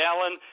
Alan